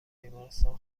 بیمارستان